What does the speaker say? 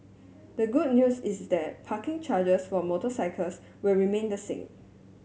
the good news is that parking charges for motorcycles will remain the same